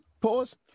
Pause